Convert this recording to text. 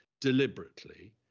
deliberately